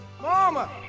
Mama